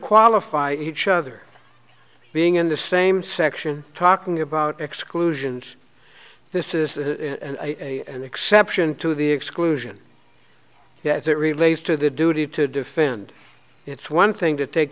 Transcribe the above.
qualify each other being in the same section talking about exclusions this is an exception to the exclusion yet it relates to the duty to defend it's one thing to take